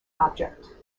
object